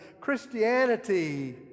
Christianity